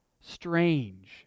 Strange